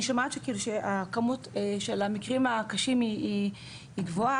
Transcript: אני שומעת שהכמות של המקרים הקשים היא גבוהה,